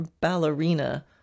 ballerina